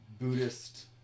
Buddhist